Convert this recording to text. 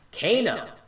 Kano